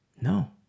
No